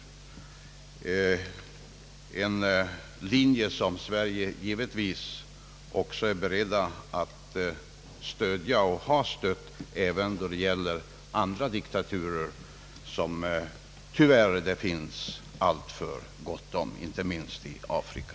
Det är en linje som Sverige givetvis är berett att stödja och har stött, även då det gäller andra diktaturer, som det tyvärr finns alltför gott om, inte minst i Afrika.